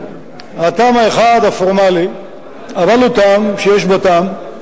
הטעם האחד, הפורמלי, אבל הוא טעם שיש בו טעם,